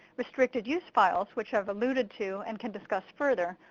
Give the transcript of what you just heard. restricted-use files, which ive alluded to and can discuss further,